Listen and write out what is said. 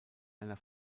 einer